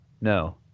no